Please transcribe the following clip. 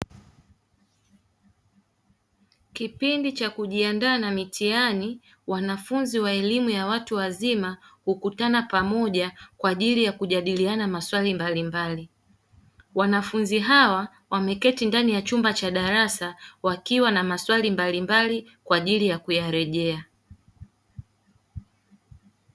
Kipindi cha kujindaa na mitihani wanafunzi wa elimu ya watu wazima hukutana pamoja kwa ajili ya kujadiliana maswali mbalimbali. Wanafunzi hawa wameketi ndani ya chumba cha darasa wakiwa na maswali mbalimbali kwa ajili ya kuyarejea.